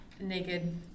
naked